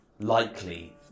likely